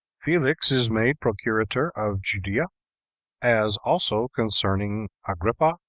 felix is made procurator of judea as also concerning agrippa,